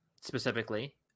specifically